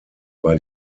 war